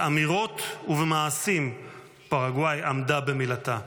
באמירות ובמעשים פרגוואי עמדה במילתה.